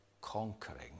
conquering